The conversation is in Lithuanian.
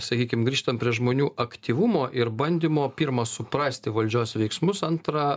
sakykim grįžtam prie žmonių aktyvumo ir bandymo pirma suprasti valdžios veiksmus antra